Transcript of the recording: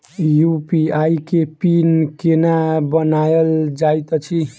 UPI केँ PIN केना बनायल जाइत अछि